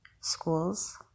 schools